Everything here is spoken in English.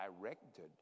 directed